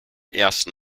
ersten